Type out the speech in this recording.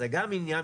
זה גם עניין,